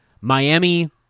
Miami